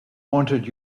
wanted